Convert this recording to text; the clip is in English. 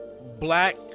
black